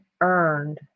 earned